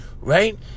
right